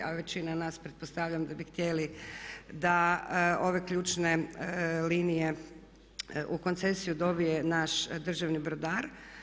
A većina nas pretpostavljam da bi htjeli da ove ključne linije u koncesiju dobije naš državni brodar.